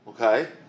Okay